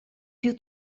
più